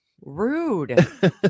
Rude